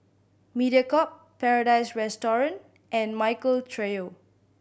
Mediacorp Paradise Restaurant and Michael Trio